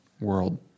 world